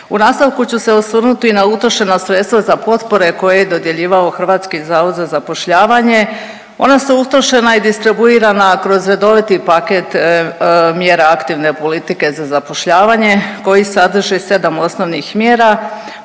U nastavku ću se osvrnuti na utrošena sredstva za potpore koje je dodjeljivao HZZ. Ona su utrošena i distribuirana kroz redoviti paket mjera aktivne politike za zapošljavanje koji sadrži 7 osnovnih mjera